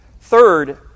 Third